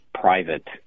private